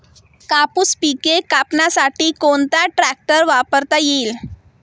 कापूस पिके कापण्यासाठी कोणता ट्रॅक्टर वापरता येईल?